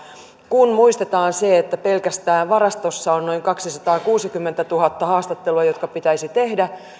kun muistetaan että pelkästään varastossa on noin kaksisataakuusikymmentätuhatta haastattelua jotka pitäisi tehdä